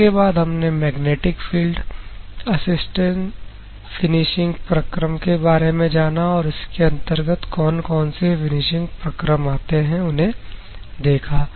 उसके बाद हमने मैग्नेटिक फील्ड असिस्टेंट फिनिशिंग प्रक्रम के बारे में जाना और इसके अंतर्गत कौन कौन से फिनिशिंग प्रक्रम आते हैं उन्हें देखा